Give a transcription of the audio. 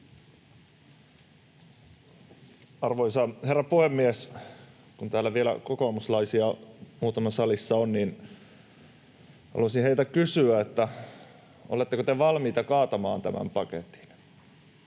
Arvoisa herra puhemies! Kun täällä vielä kokoomuslaisia muutama salissa on, niin haluaisin heiltä kysyä: oletteko te valmiita kaatamaan tämän paketin?